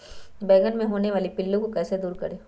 बैंगन मे होने वाले पिल्लू को कैसे दूर करें?